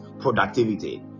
Productivity